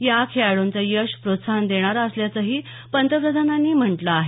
या खेळाडूंचं यश प्रोत्साहन देणारं असल्याचंही पंतप्रधानांनी म्हटलं आहे